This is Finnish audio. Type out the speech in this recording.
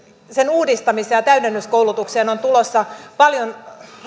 sen uudistamiseen ja täydennyskoulutukseen on tulossa paljon